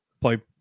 play